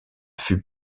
fut